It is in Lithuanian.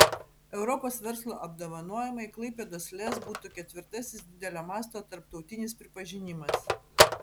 europos verslo apdovanojimai klaipėdos lez būtų ketvirtasis didelio masto tarptautinis pripažinimas